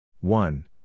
One